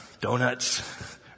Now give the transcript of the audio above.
Donuts